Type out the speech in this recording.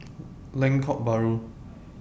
Lengkok Bahru